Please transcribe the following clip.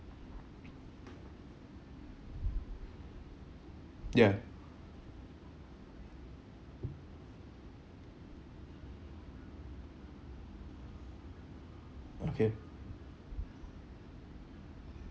ya okay